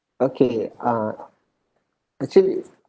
okay uh actually